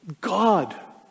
God